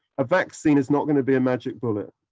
a vaccine is not gonna be a magic bullet.